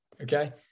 okay